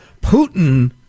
Putin